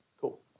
Cool